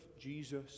Jesus